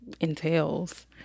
entails